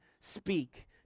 speak